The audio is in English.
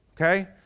Okay